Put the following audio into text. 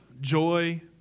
joy